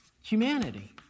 humanity